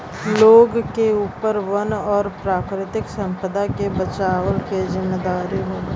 लोग के ऊपर वन और प्राकृतिक संपदा के बचवला के जिम्मेदारी होला